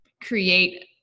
create